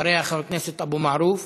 אחריה, חבר הכנסת אבו מערוף,